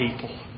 people